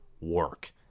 work